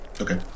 Okay